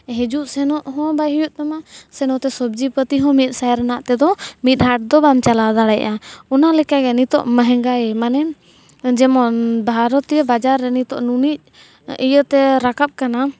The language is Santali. ᱦᱤᱡᱩᱜᱼᱥᱮᱱᱚᱜ ᱦᱚᱸ ᱵᱟᱭ ᱦᱩᱭᱩᱜ ᱛᱟᱢᱟ ᱥᱮ ᱱᱚᱛᱮ ᱰᱚᱵᱽᱡᱤ ᱯᱟᱹᱛᱤᱦᱚᱸ ᱢᱤᱫ ᱥᱟᱭ ᱨᱮᱱᱟᱜ ᱛᱮᱫᱚ ᱢᱤᱫ ᱦᱟᱴᱫᱚ ᱵᱟᱢ ᱪᱟᱞᱟᱣ ᱫᱟᱲᱮᱭᱟᱜᱼᱟ ᱚᱱᱟ ᱞᱮᱠᱟᱜᱮ ᱱᱤᱛᱚᱜ ᱢᱮᱦᱮᱸᱜᱟᱭ ᱢᱟᱱᱮ ᱡᱮᱢᱚᱱ ᱵᱷᱟᱨᱚᱛᱤᱭᱚ ᱵᱟᱡᱟᱨ ᱨᱮ ᱱᱤᱛᱚᱜ ᱱᱩᱱᱟᱹᱜ ᱤᱭᱟᱹᱛᱮ ᱨᱟᱠᱟᱵ ᱠᱟᱱᱟ